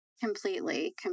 Completely